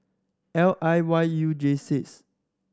L I Y U J six